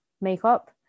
makeup